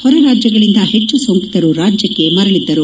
ಹೊರ ರಾಜ್ಯಗಳಿಂದ ಹೆಚ್ಚು ಸೋಂಕಿತರು ರಾಜ್ಯಕ್ಕೆ ಮರಳಿದ್ದರು